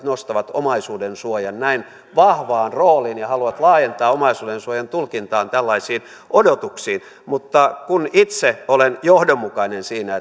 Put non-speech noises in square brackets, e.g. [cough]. [unintelligible] nostavat omaisuudensuojan näin vahvaan rooliin ja haluavat laajentaa omaisuudensuojan tulkintaa tällaisiin odotuksiin mutta kun itse olen johdonmukainen siinä [unintelligible]